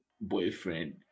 boyfriend